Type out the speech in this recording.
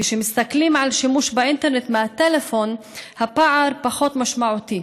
כשמסתכלים על שימוש באינטרנט מהטלפון הפער פחות משמעותי,